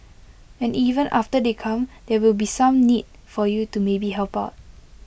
and even after they come there will be some need for you to maybe help out